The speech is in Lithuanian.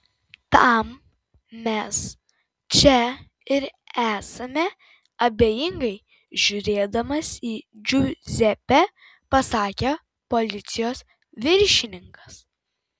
tam mes čia ir esame abejingai žiūrėdamas į džiuzepę pasakė policijos viršininkas